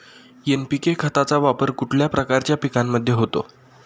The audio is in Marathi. एन.पी.के खताचा वापर कुठल्या प्रकारच्या पिकांमध्ये होतो?